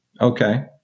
Okay